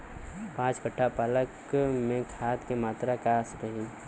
पाँच कट्ठा पालक में खाद के मात्रा का रही?